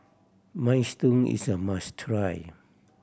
minestrone is a must try